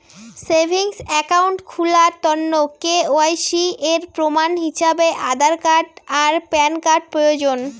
savings account খুলার তন্ন KYC এর প্রমাণ হিছাবে আধার আর প্যান কার্ড প্রয়োজন